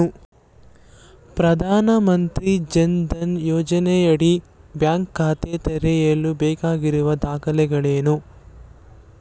ಪ್ರಧಾನಮಂತ್ರಿ ಜನ್ ಧನ್ ಯೋಜನೆಯಡಿ ಬ್ಯಾಂಕ್ ಖಾತೆ ತೆರೆಯಲು ಬೇಕಾಗಿರುವ ದಾಖಲೆಗಳೇನು?